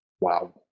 Wow